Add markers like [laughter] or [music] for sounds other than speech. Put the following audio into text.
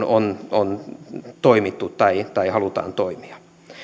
[unintelligible] on on toimittu tai tai halutaan toimia